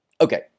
Okay